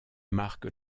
marque